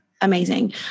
Amazing